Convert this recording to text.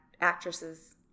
actresses